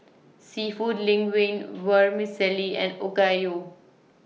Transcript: Seafood Linguine Vermicelli and Okayu